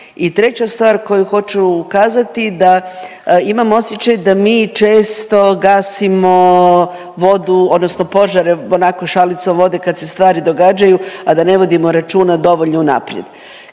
treća stvar koju hoću ukazati da imam osjećaj da mi često gasimo vodu odnosno požare onako šalicom vode kad se stvari događaju, a da ne vodimo računa dovoljno unaprijed.